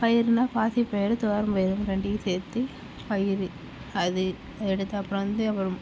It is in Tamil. பயிர்னால் பாசிப்பயிறு துவரம் பயிறு ரெண்டையும் சேர்த்து பயிறு அது எடுத்து அப்புறம் வந்து